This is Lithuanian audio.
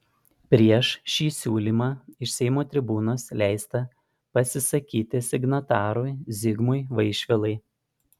prieš šį siūlymą iš seimo tribūnos leista pasisakyti signatarui zigmui vaišvilai